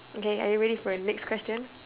okay are you ready for the next question